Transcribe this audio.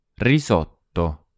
Risotto